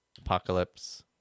Apocalypse